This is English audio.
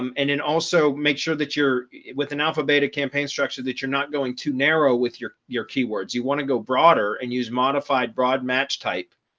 um and then and also make sure that you're with an alpha beta campaign structure that you're not going to narrow with your your keywords you want to go broader and use modified broad match type,